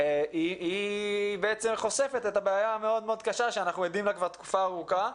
היא בעצם חושפת את הבעיה הקשה שאנחנו עדים לה כבר תקופה ארוכה.